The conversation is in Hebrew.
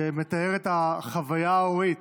שמתאר את החוויה ההורית,